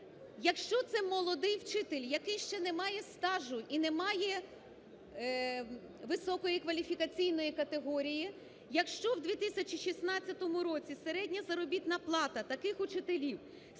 Якщо це молодий вчитель, який ще не має стажу і не має високої кваліфікаційної категорії, якщо в 2016 році середня заробітна плата таких учителів